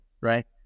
right